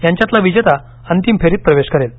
यांच्यातील विजेता अंतिम फेरीत प्रवेश करेल